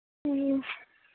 ꯑꯣ